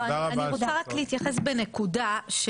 אני רוצה להתייחס בנקודה.